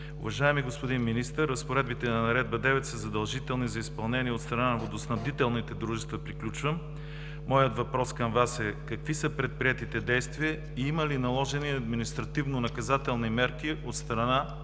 Уважаеми господин Министър, разпоредбите на Наредба № 9 са задължителни за изпълнение от страна на водоснабдителните дружества. Моят въпрос към Вас е: какви са предприетите действия и има ли наложени административнонаказателни мерки от страна